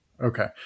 Okay